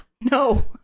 no